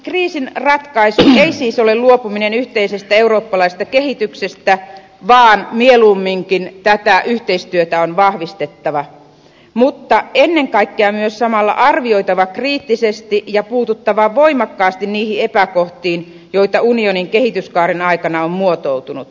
kriisin ratkaisu ei siis ole luopuminen yhteisestä eurooppalaisesta kehityksestä vaan mieluumminkin tätä yhteistyötä on vahvistettava mutta ennen kaikkea myös samalla arvioitava kriittisesti ja puututtava voimakkaasti niihin epäkohtiin joita unionin kehityskaaren aikana on muotoutunut